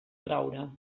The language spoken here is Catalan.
traure